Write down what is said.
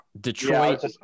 Detroit